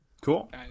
Cool